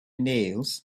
nails